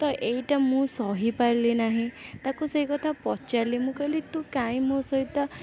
ତ ଏଇଟା ମୁଁ ସହିପାରିଲି ନାହିଁ ତାକୁ ସେଇ କଥା ପଚାରିଲି ମୁଁ କହିଲି ତୁ କାଇଁ ମୋ ସହିତ